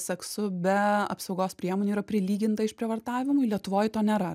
seksu be apsaugos priemonių yra prilyginta išprievartavimui lietuvoj to nėra